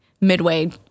midway